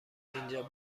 اینجا